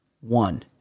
one